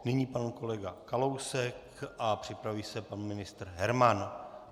Nyní pan kolega Kalousek a připraví se pan ministr Herman.